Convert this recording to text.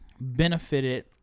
benefited